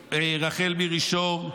למירי פרנקל שור,